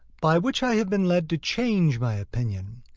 by which i have been led to change my opinion,